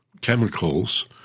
chemicals